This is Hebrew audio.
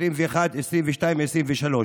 2021, 2022 ו-2023.